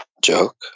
joke